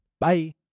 Bye